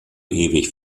ewig